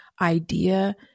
idea